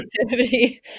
activity